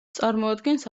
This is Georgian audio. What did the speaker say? წარმოადგენს